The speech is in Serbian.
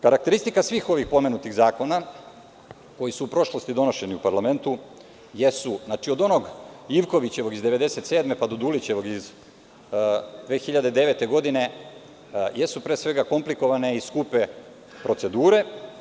Karakteristika svih ovih pomenutih zakona, koji su u prošlosti donošeni u parlamentu, znači od onog Ivkovićevog iz 1997, pa do Dulićevog iz 2009. godine, jesukomplikovane i skupe procedure.